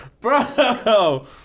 bro